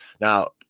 Now